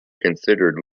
considered